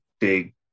big